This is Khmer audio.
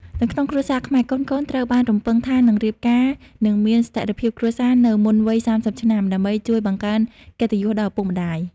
នៅក្នុងគ្រួសារខ្មែរ កូនៗត្រូវបានរំពឹងថានឹងរៀបការ និងមានស្ថិរភាពគ្រួសារនៅមុនវ័យ ៣០ ឆ្នាំ ដើម្បីជួយបង្កើនកិត្តិយសដល់ឪពុកម្តាយ។